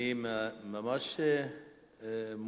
אני ממש מופתע.